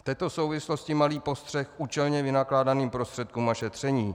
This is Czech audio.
V této souvislosti malý postřeh k účelně vynakládaným prostředkům a šetřením.